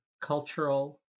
cultural